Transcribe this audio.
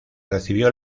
recibió